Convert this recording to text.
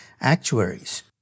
actuaries